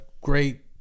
great